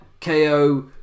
KO